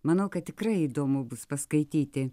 manau kad tikrai įdomu bus paskaityti